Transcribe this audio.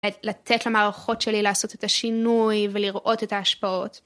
לתת למערכות שלי לעשות את השינוי ולראות את ההשפעות.